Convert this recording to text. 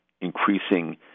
increasing